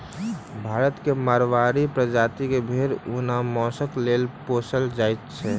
भारतक माड़वाड़ी प्रजातिक भेंड़ ऊन आ मौंसक लेल पोसल जाइत अछि